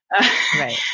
Right